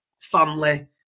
family